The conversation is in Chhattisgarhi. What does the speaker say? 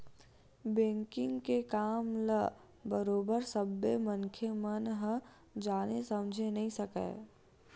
बेंकिग के काम ल बरोबर सब्बे मनखे मन ह जाने समझे नइ सकय